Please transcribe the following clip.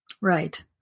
Right